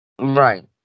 Right